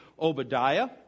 Obadiah